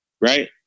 right